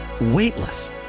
weightless